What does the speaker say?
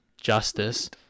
justice